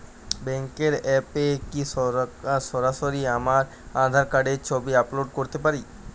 ব্যাংকের অ্যাপ এ কি সরাসরি আমার আঁধার কার্ডের ছবি আপলোড করতে পারি?